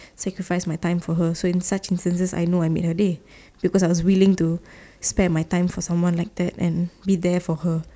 sacrifice my time for her so in such instances I know I made her day because I was willing to spare my time for someone like that and be there for her